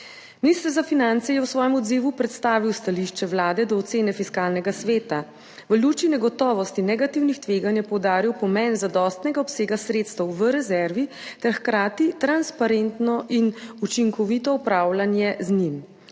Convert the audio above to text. Minister za finance je v svojem odzivu predstavil stališče Vlade do ocene Fiskalnega sveta. V luči negotovosti negativnih tveganj je poudaril pomen zadostnega obsega sredstev v rezervi ter hkrati transparentno in učinkovito upravljanje z njim.